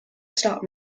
stop